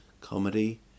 Comedy